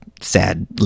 sad